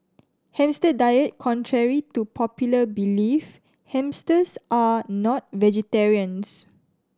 hamster diet Contrary to popular belief hamsters are not vegetarians